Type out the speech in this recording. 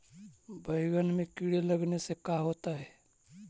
बैंगन में कीड़े लगने से का होता है?